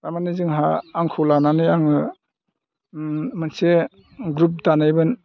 थारमाने जोंहा आंखौ लानानै आङो मोनसे ग्रुप दानायमोन